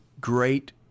great